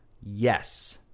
Yes